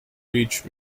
reach